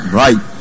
right